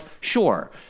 sure